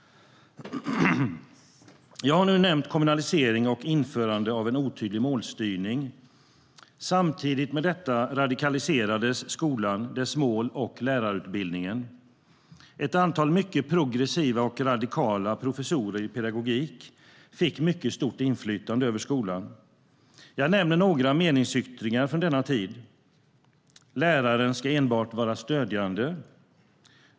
Jag har nu nämnt kommunalisering och införande av en otydlig målstyrning. Samtidigt med detta radikaliserades skolan, dess mål och lärarutbildningen. Ett antal mycket progressiva och radikala professorer i pedagogik fick mycket stort inflytande över skolan. Jag ska nämna några meningsyttringar från denna tid: Läraren ska enbart vara stödjande.